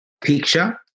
picture